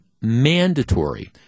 mandatory